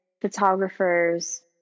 photographers